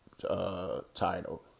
title